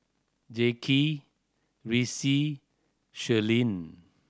Jaquez Ressie Shirlene